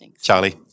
Charlie